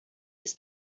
ist